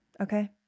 okay